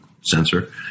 sensor